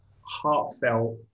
heartfelt